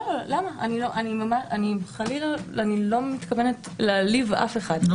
אני חלילה לא מתכוונת להעליב אף אחד.